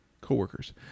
co-workers